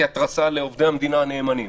כהתרסה לעובדי המדינה הנאמנים,